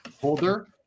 holder